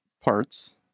parts